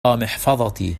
محفظتي